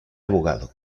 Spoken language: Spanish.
abogado